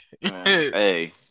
Hey